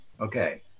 Okay